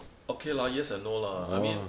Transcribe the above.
okay lah yes or no lah I mean